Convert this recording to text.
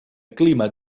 clima